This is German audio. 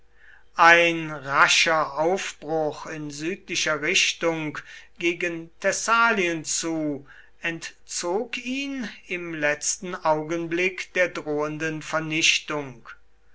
ein rascher aufbruch in südlicher richtung gegen thessalien zu entzog ihn im letzten augenblick der drohenden vernichtung